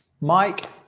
Mike